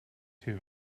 too